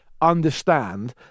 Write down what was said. understand